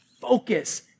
focus